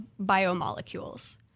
biomolecules